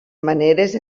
maneres